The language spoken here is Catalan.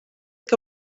que